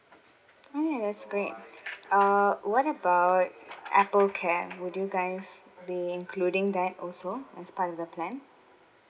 oh ya that's great uh what about Apple care would you guys be including that also as part of the plan